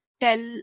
tell